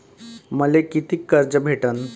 मले कितीक कर्ज भेटन?